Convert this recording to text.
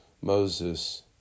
Moses